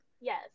Yes